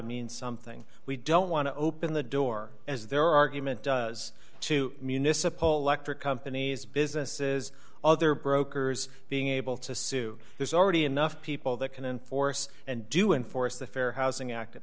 mean something we don't want to open the door as their argument does to municipal electric companies businesses other brokers being able to sue there's already enough people that can enforce and do enforce the fair housing act